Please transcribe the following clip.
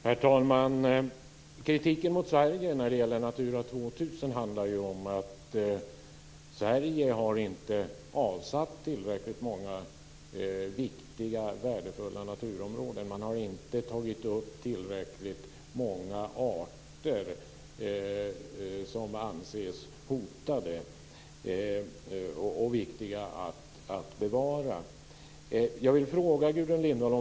Herr talman! Kritik mot Sverige när det gäller Natura 2000 handlar ju om att Sverige inte har avsatt tillräckligt många viktiga värdefulla naturområden. Man har inte tagit upp tillräckligt många arter som anses hotade och viktiga att bevara.